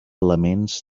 elements